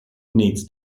needs